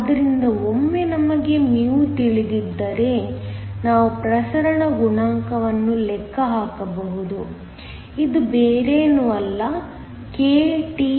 ಆದ್ದರಿಂದ ಒಮ್ಮೆ ನಮಗೆ μ ತಿಳಿದಿದ್ದರೆ ನಾವು ಪ್ರಸರಣ ಗುಣಾಂಕವನ್ನು ಲೆಕ್ಕ ಹಾಕಬಹುದು ಇದು ಬೇರೇನೂ ಅಲ್ಲ kTee